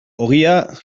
ogia